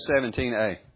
17a